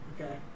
Okay